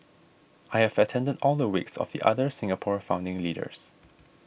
I have attended all the wakes of the other Singapore founding leaders